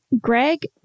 greg